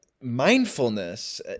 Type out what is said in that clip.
mindfulness